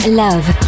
love